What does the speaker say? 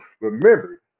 Remember